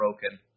broken